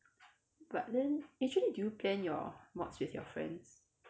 but then actually do you plan your mods with your friends